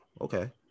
Okay